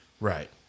Right